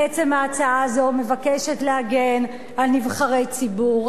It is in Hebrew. בעצם ההצעה הזאת מבקשת להגן על נבחרי ציבור,